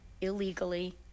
illegally